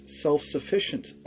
self-sufficient